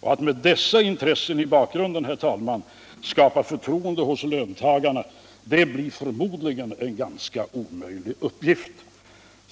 Att med dessa intressen i bakgrunden, herr talman, skapa förtroende hos löntagarna blir förmodligen en ganska omöjlig uppgifi.